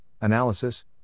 analysis